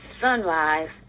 sunrise